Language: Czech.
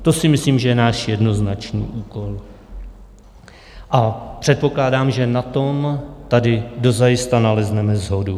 To si myslím, že je náš jednoznačný úkol, a předpokládám, že na tom tady dozajista nalezneme shodu.